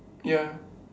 ya